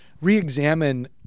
Reexamine